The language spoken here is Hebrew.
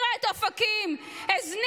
ממש לא.